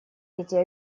эти